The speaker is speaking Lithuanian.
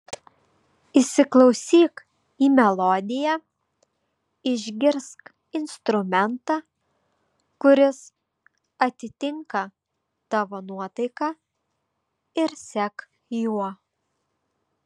įsiklausyk į melodiją išgirsk instrumentą kuris atitinka tavo nuotaiką ir sek juo